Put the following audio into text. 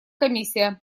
комиссия